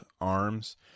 arms